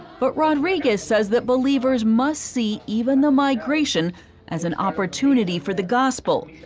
but rodriguez says that believers must see even the migration as an opportunity for the gospel.